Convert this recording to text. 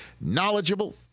knowledgeable